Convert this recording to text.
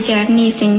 Japanese